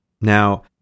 Now